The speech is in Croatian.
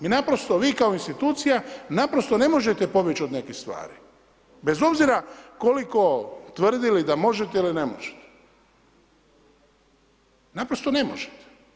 Mi naprosto, vi kao institucija naprosto ne možete pobjeći od nekih stvari bez obzira koliko tvrdili da možete ili ne možete, naprosto ne možete.